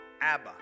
Abba